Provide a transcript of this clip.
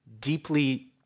deeply